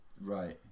Right